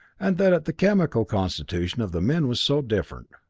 and that the chemical constitution of the men was so different.